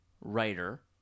writer